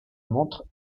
montre